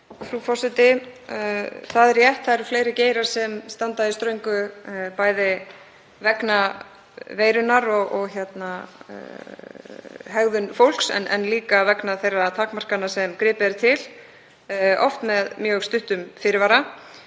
Það er rétt, það eru fleiri geirar sem standa í ströngu, bæði vegna veirunnar og hegðunar fólks en líka vegna þeirra takmarkana sem gripið er til, oft með mjög stuttum fyrirvara.